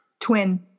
Twin